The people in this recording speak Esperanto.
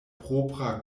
propra